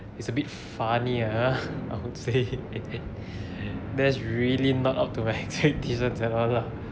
it's a bit funny ah I would say that's really not up to my expectations at all lah